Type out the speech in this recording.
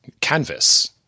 canvas